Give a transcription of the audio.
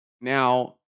Now